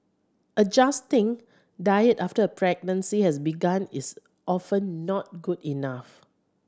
adjusting diet after a pregnancy has begun is often not good enough